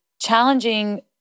challenging